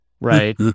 Right